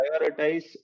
prioritize